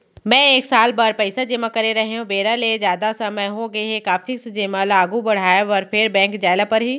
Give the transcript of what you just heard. मैं एक साल बर पइसा जेमा करे रहेंव, बेरा ले जादा समय होगे हे का फिक्स जेमा ल आगू बढ़ाये बर फेर बैंक जाय ल परहि?